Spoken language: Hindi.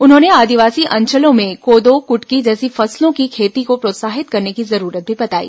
उन्होंने आदिवासी अंचलों में कोदो कुटकी जैसी फसलों की खेती को प्रोत्साहित करने की जरूरत भी बताई